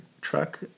truck